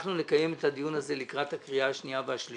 אנחנו נקיים את הדיון הזה לקראת הקריאה השנייה והשלישית,